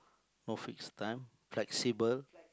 no fixed time flexible